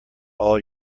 all